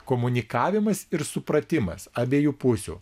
komunikavimas ir supratimas abiejų pusių